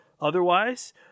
otherwise